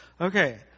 okay